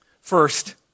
First